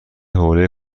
حوله